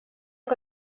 que